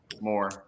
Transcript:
more